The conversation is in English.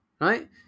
right